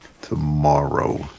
tomorrow